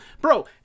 Bro